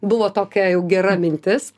buvo tokia jau gera mintis